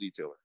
detailer